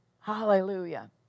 hallelujah